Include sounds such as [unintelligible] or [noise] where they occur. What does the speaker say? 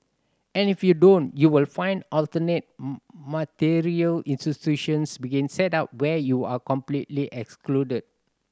and if you don't you will find alternate [unintelligible] multilateral institutions being set up where you are completely excluded